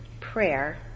Prayer